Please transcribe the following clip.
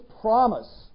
promise